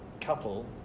couple